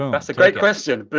um that's ah great question. boom,